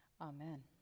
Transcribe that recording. amen